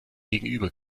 gegenüber